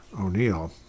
o'neill